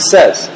Says